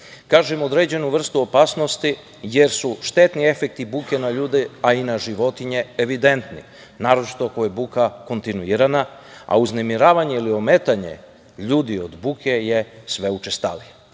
Kažem – određenu vrstu opasnosti, jer su štetni efekti buke na ljude, a i na životinje evidentni, naročito ako je buka kontinuirana, a uznemiravanje ili ometanje ljudi od buke je sve učestalije.